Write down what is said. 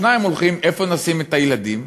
היום, כששניים הולכים, איפה נשים את הילדים?